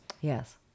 Yes